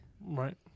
Right